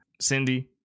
Cindy